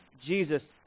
Jesus